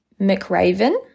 McRaven